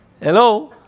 Hello